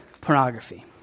pornography